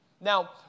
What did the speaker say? Now